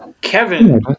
Kevin